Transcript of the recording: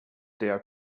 their